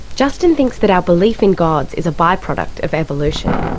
justin thinks that our belief in gods is a by-product of evolution.